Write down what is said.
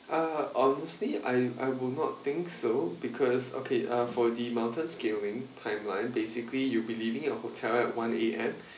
uh honestly I I will not think so because okay uh for the mountain scaling timeline basically you'll be leaving your hotel at one A_M